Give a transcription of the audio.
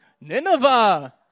Nineveh